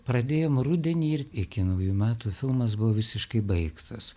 pradėjom rudenį ir iki naujų metų filmas buvo visiškai baigtas